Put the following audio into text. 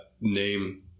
name